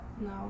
No